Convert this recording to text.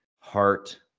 heart